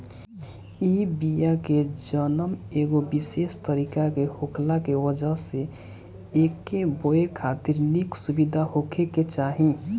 इ बिया के जनम एगो विशेष तरीका से होखला के वजह से एके बोए खातिर निक सुविधा होखे के चाही